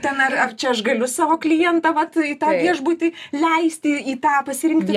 ten ar ar čia aš galiu savo klientą vat tą viešbutį leisti į tą pasirinkti